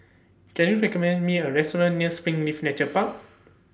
Can YOU recommend Me A Restaurant near Springleaf Nature Park